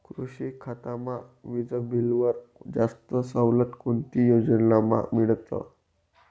कृषी खातामा वीजबीलवर जास्त सवलत कोणती योजनामा मिळस?